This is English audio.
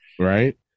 Right